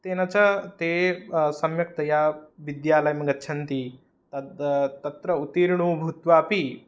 तेन च ते सम्यक्तया विद्यालयं गच्छन्ति तद् तत्र उत्तीर्णो भूत्वापि